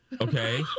Okay